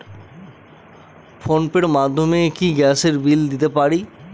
Phone pay র মাধ্যমে কি গ্যাসের বিল দিতে পারি?